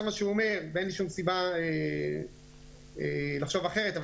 זה מה שהוא אומר ואין לי שום סיבה לחשוב אחרת אבל